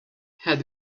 had